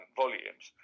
volumes